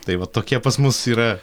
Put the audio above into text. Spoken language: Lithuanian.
tai vat tokie pas mus yra